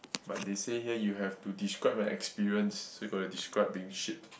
but they said here you have to describe an experience so you got to describe being shit